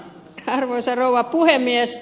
arvoisa rouva puhemies